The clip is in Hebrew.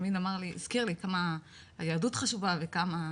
תמיד הזכיר לי כמה היהדות חשובה וכמה